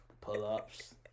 pull-ups